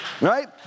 Right